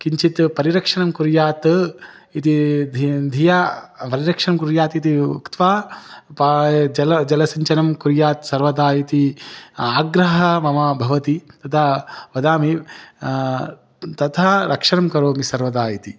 किञ्चित् परिरक्षणं कुर्यात् इति ध् धिया परिरक्षणं कुर्यादिति उक्त्वा पाय् जल जलसिञ्चनं कुर्यात् सर्वदा इति आग्रहः मम भवति तदा वदामि तथा रक्षणं करोमि सर्वदा इति